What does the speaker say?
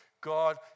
God